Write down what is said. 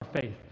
faith